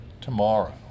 tomorrow